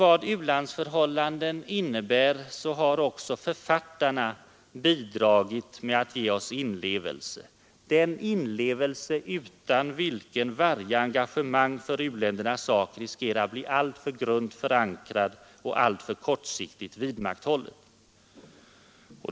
Vad u-landsförhållanden beträffar har också författarna bidragit till att ge oss inlevelse — en inlevelse utan vilken varje engagemang för u-ländernas sak riskerar att bli alltför grunt förankrat och alltför kortsiktigt vidmakthållet.